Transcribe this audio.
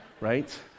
right